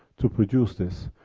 to produce this.